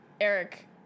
Eric